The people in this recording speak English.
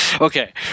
Okay